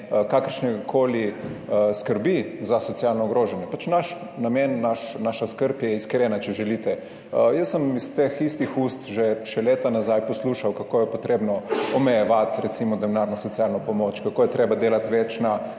kakršne koli skrbi za socialno ogrožene, pač naš namen, naša skrb je iskrena, če želite. Jaz sem iz teh istih ust še leta nazaj poslušal, kako je treba omejevati recimo denarno socialno pomoč, kako je treba delati več na